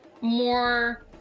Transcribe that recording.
more